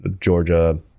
georgia